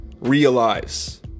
Realize